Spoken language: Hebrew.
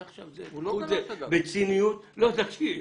אז עכשיו זה, בציניות --- הוא לא גלש, אגב.